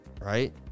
Right